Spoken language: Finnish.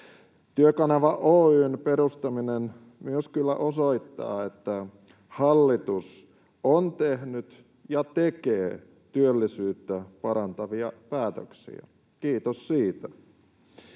Työkanava Oy:n perustaminen myös kyllä osoittaa, että hallitus on tehnyt ja tekee työllisyyttä parantavia päätöksiä — kiitos siitä.